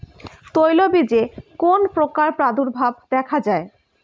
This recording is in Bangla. তৈলবীজে কোন পোকার প্রাদুর্ভাব দেখা যায়?